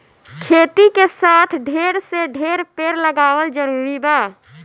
खेती के साथे ढेर से ढेर पेड़ लगावल जरूरी बा